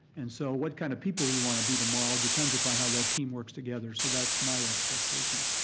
and so what kind of people you want to be tomorrow depends upon how that team works together so that's my expectation.